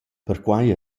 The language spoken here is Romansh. perquai